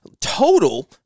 total